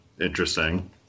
interesting